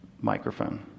microphone